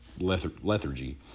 Lethargy